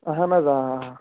اَہَن حظ آ